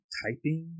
typing